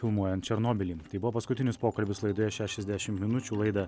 filmuojant černobylį tai buvo paskutinis pokalbis laidoje šešiasdešimt minučių laidą